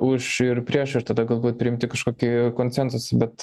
už ir prieš ir tada galbūt priimti kažkokį konsensusą bet